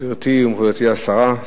גברתי וגברתי השרה,